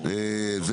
הקואליציה.